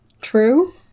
true